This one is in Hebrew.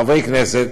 חברי כנסת